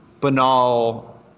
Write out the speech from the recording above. banal